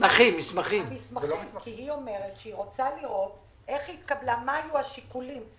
נציגי המפלגות יקבלו סריקה מלאה של